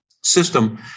system